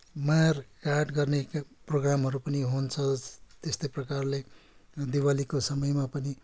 मार काट गर्ने प्रोग्रामहरू पनि हुन्छ त्यस्तै प्रकारले दिवालीको समयमा पनि